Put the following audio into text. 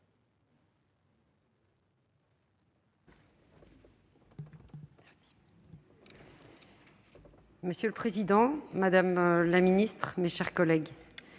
Monsieur le président, madame la ministre, mes chers collègues,